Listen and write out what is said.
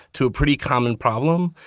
to a pretty common problem,